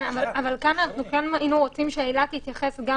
אבל כאן כן היינו רוצים שהעילה תתייחס גם